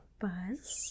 buzz